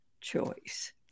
choice